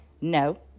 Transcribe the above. No